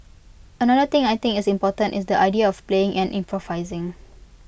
another thing I think is important is the idea of playing and improvising